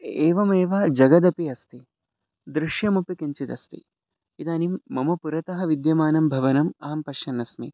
एवमेव जगदपि अस्ति दृश्यमपि किञ्चिदस्ति इदानीं मम पुरतः विद्यमानं भवनम् अहं पश्यन् अस्मि